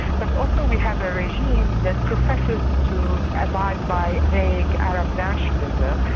but also we have a regime that professes to abide by vague arab nationalism,